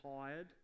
tired